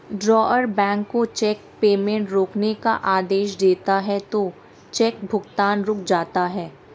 drawer bank को cheque payment रोकने का आदेश देता है तो चेक भुगतान रुक जाता है